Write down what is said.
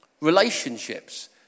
Relationships